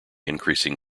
increasing